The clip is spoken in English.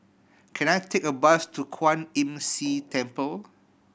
can I take a bus to Kwan Imm See Temple